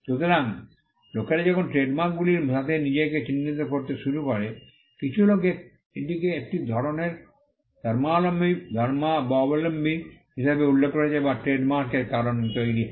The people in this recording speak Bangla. সুতরাং লোকেরা যখন ট্রেডমার্কগুলির সাথে নিজেকে চিহ্নিত করতে শুরু করে কিছু লোক এটিকে একটি ধরণের ধর্মাবলম্বী হিসাবে উল্লেখ করেছে যা ট্রেডমার্কের কারণে তৈরি হয়